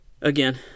again